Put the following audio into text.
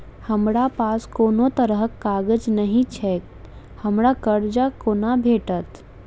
हमरा पास कोनो तरहक कागज नहि छैक हमरा कर्जा कोना भेटत?